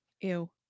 Ew